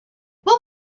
what